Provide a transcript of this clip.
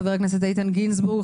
חבר הכנסת איתן גינזבורג,